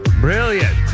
Brilliant